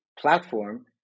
platform